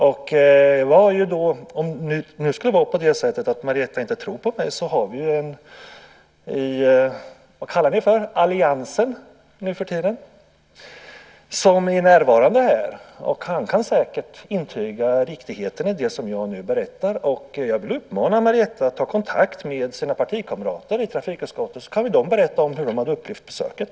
Om det skulle vara så att Marietta inte tror på mig finns ju nu för tiden alliansen - kallas den så? - som är närvarande i kammaren och säkert kan intyga riktigheten i det som jag berättar. Jag vill också uppmana Marietta att ta kontakt med sina partikamrater i trafikutskottet så kan de berätta hur de upplevde besöket.